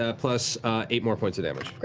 ah plus eight more points of damage.